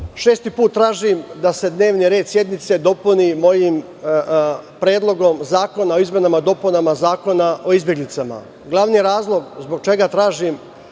Šesti put tražim da se dnevni red sednice dopuni mojim predlogom zakona o izmenama i dopunama Zakona o izbeglicama. Glavni razlog zbog čega tražim